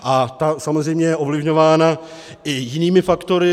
A ta je samozřejmě ovlivňována i jinými faktory.